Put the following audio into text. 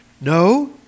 No